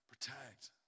protect